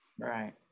Right